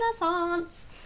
Renaissance